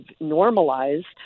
normalized